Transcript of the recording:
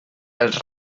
els